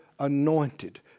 Anointed